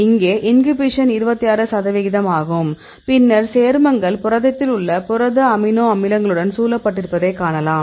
இங்கே இன்ஹிபிஷன் 26 சதவிகிதம் ஆகும் பின்னர் சேர்மங்கள் புரதத்தில் உள்ள புரத அமினோ அமிலங்களுடன் சூழப்பட்டிருப்பதைக் காணலாம்